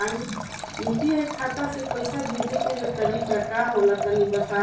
UPI खाता से पइसा भेजे के तरीका का होला तनि बताईं?